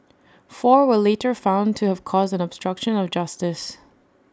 four were later found to have caused an obstruction of justice